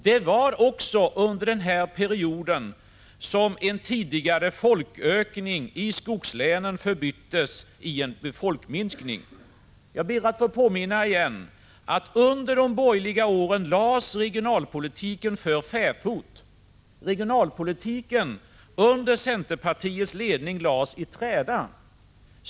Det var också under denna period som en tidigare folkökning i skogslänen förbyttes i en folkminskning. Jag ber att återigen få påminna om att regionalpolitiken under de borgerliga åren lades för fäfot. Regionalpolitiken under centerpartiets ledning lades i träda.